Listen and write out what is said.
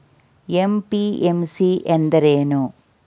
MPMC ಎಂದರೇನು?